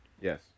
Yes